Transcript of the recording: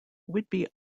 whidbey